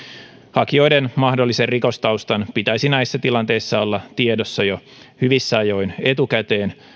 hakijoiden mahdollisen rikostaustan pitäisi näissä tilanteissa olla tiedossa jo hyvissä ajoin etukäteen